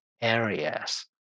areas